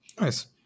Nice